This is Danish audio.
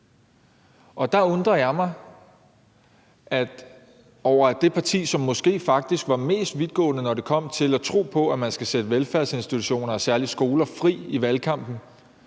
Der undrer jeg mig over, at det parti, som måske faktisk var mest vidtgående i valgkampen, når det kom til at tro på, at man skal sætte velfærdsinstitutioner og særlig skoler fri, ligesom